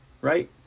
right